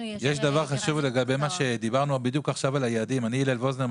אני הלל וואזנר,